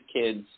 kids